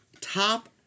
top